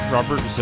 Robert